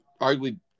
arguably